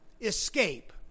escape